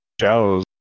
shows